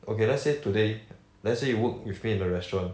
okay let's say today let's say you work with me in the restaurant